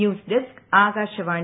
news desk Akashvani